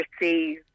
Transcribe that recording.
receive